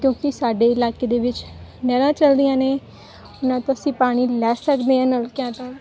ਕਿਉਂਕਿ ਸਾਡੇ ਇਲਾਕੇ ਦੇ ਵਿੱਚ ਨਹਿਰਾਂ ਚੱਲਦੀਆਂ ਨੇ ਉਨ੍ਹਾਂ ਤੋਂ ਅਸੀਂ ਪਾਣੀ ਲੈ ਸਕਦੇ ਹਾਂ ਨਲਕਿਆਂ ਤੋਂ